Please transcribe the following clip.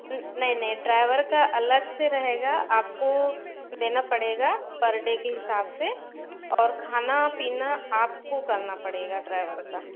नहीं नहीं ड्राइवर का अलग से रहेगा आपको देना पड़ेगा पर डे के हिसाब से और खाना पीना आपको करना पड़ेगा ड्राइवर का